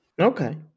Okay